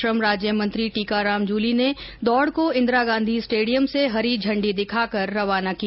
श्रम राज्यमंत्री टीकाराम जूली ने दौड़ को इंदिरा गांधी स्टेडियम से हरी झंडी दिखाकर रवाना किया